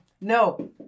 No